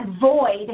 void